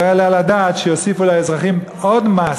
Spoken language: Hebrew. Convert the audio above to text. לא יעלה על הדעת שיוסיפו לאזרח עוד מס